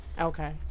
Okay